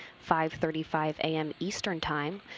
five thirty five a m. eastern time,